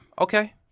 Okay